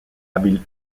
habile